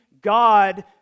God